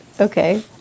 Okay